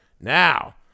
Now